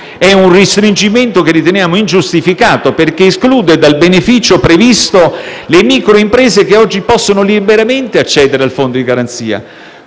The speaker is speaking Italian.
È un restringimento che riteniamo ingiustificato perché esclude dal beneficio previsto le microimprese che oggi possono liberamente accedere al fondo di garanzia.